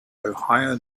ohio